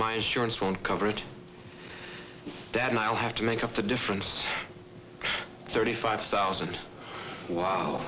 my insurance won't cover it and i'll have to make up the difference thirty five thousand w